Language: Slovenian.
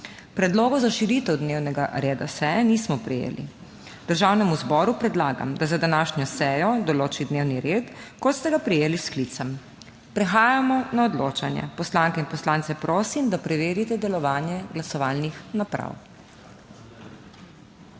Predlogov za širitev dnevnega reda seje nismo prejeli. Državnemu zboru predlagam, da za današnjo sejo določi dnevni red, kot ste ga prejeli s sklicem. Prehajamo na odločanje. Poslanke in poslance prosim, da preverite delovanje glasovalnih naprav.